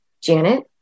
Janet